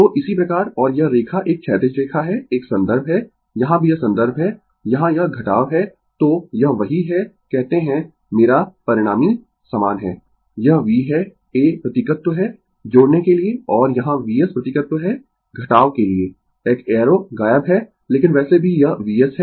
तो इसी प्रकार और यह रेखा एक क्षैतिज रेखा है एक संदर्भ है यहां भी यह संदर्भ है यहां यह घटाव है तो यह वही है कहते है मेरा परिणामी समान है यह v है a प्रतीकत्व है जोड़ने के लिए और यहाँ Vs प्रतीकत्व है घटाव के लिए एक एरो गायब है लेकिन वैसे भी यह Vs है